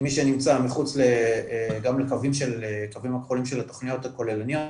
כי מי שנמצא מחוץ גם לקווים הכחולים של התכניות הכוללניות,